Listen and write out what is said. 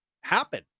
happen